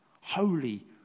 Holy